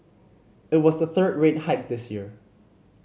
it was the third rate hike this year